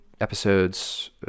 episodes